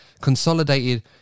consolidated